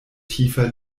tiefer